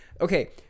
okay